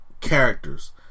characters